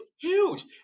Huge